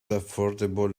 affordable